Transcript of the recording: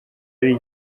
ari